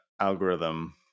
algorithm